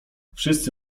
wszyscy